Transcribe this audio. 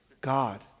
God